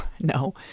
No